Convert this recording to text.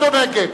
נגד